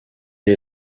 est